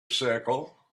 circle